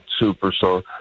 superstar